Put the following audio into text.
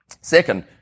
Second